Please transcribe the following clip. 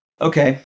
Okay